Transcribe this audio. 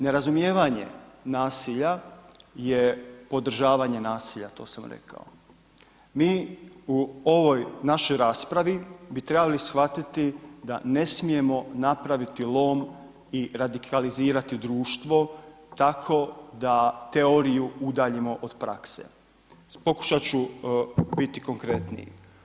Nerazumijevanje nasilja je podržavanje nasilja, to sam rekao, mi u ovoj našoj raspravi bi trebali shvatiti da ne smijemo napraviti lom i radikalizirati društvo tako da teoriju udaljimo od prakse, pokušat ću biti konkretniji.